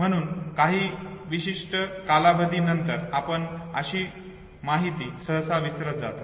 म्हणून काही विशिष्ट कालावधीनंतर आपण अशी माहिती सहसा विसरत जातो